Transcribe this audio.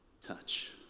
touch